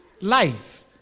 life